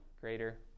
greater